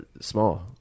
small